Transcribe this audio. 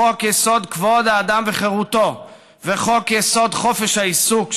חוק-יסוד: כבוד האדם וחירותו וחוק-יסוד: חופש העיסוק,